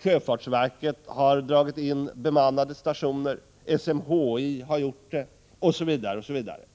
Sjöfartsverket har dragit in bemannade stationer. SMHI har också gjort det.